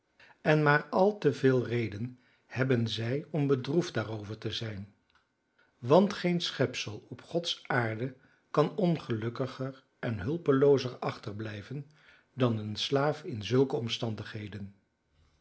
en maar al te veel reden hebben zij om bedroefd daarover te zijn want geen schepsel op gods aarde kan ongelukkiger en hulpeloozer achterblijven dan een slaaf in zulke omstandigheden